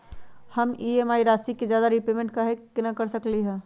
हम ई.एम.आई राशि से ज्यादा रीपेमेंट कहे न कर सकलि ह?